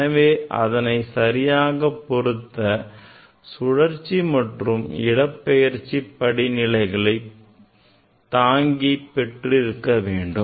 எனவே அதனை சரியாக பொருத்த சுழற்சி மற்றும் இடப்பெயர்ச்சி படிநிலைகளை தாங்கி பெற்றிருக்க வேண்டும்